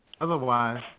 Otherwise